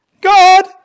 God